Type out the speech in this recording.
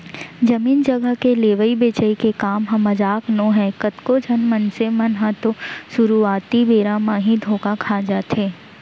जमीन जघा के लेवई बेचई के काम ह मजाक नोहय कतको झन मनसे मन ह तो सुरुवाती बेरा म ही धोखा खा जाथे